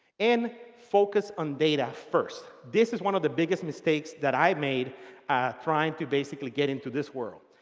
and focus on data first. this is one of the biggest mistakes that i made trying to basically get into this world.